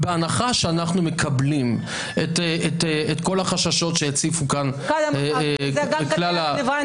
בהנחה שאנחנו מקבלים את כל החששות שהציפו כאן -- זה דווקא רלוונטי.